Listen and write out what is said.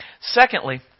Secondly